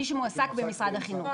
מי שמועסק במשרד החינוך.